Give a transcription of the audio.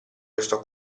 resto